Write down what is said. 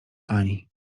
ani